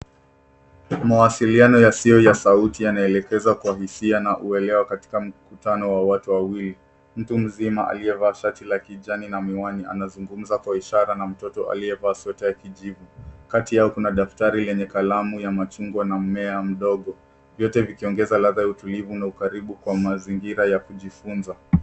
Mawasiliano yasiyo ya sauti yanaelekezwa kwa hisia na uelewa katika mkutano wa watu wawili. Mtu mzima aliyevaa shati la kijani na miwani anazungumza kwa ishara na mtoto aliyevaa sweta ya kijivu. Kati yao kuna daftari lenye kalamu ya machungwa na mmea mdogo, vyote vikiongeza ladha ya utulivu na ukaribu kwa mazingira ya kujifunza.